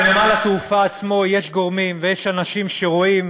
בנמל התעופה עצמו יש גורמים ויש אנשים שרואים